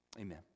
Amen